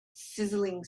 sizzling